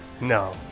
No